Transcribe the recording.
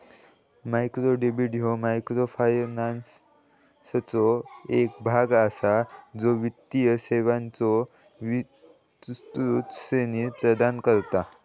micro credit ह्या मायक्रोफायनान्सचो एक भाग असा, ज्या वित्तीय सेवांचो विस्तृत श्रेणी प्रदान करता